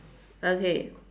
okay